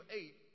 eight